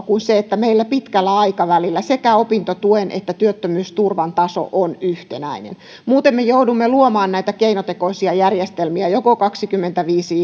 kuin se että meillä pitkällä aikavälillä sekä opintotuen että työttömyysturvan taso on yhtenäinen muuten me joudumme luomaan näitä keinotekoisia järjestelmiä joko kaksikymmentäviisi